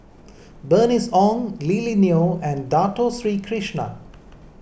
Bernice Ong Lily Neo and Dato Sri Krishna